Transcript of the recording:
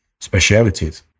specialities